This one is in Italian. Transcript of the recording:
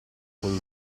col